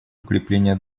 укрепления